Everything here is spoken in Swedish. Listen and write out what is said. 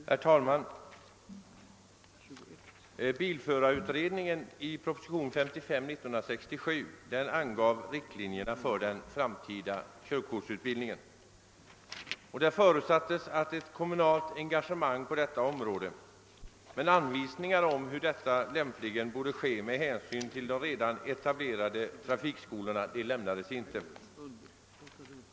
Herr talman! Bilförarutredningen och propositionen 55 till 1967 års riksdag angav riktlinjerna för den framtida körkortsutbildningen. Det förutsattes ett kommunalt engagemang på detta område, men anvisningar om vilka former detta lämpligen borde få med hänsyn till de redan etablerade trafikskolorna lämnades icke.